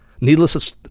Needless